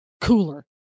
cooler